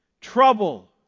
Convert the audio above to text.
trouble